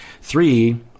Three